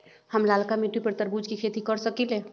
हम लालका मिट्टी पर तरबूज के खेती कर सकीले?